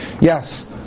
Yes